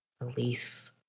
release